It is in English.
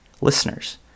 listeners